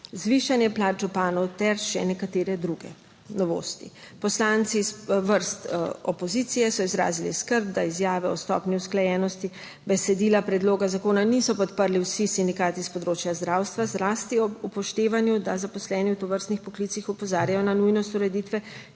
zvišanje plač županov ter še nekatere druge novosti. Poslanci iz vrst opozicije so izrazili skrb, da izjave o stopnji usklajenosti besedila predloga zakona niso podprli vsi sindikati s področja zdravstva, zlasti ob upoštevanju, da zaposleni v tovrstnih poklicih opozarjajo na nujnost ureditve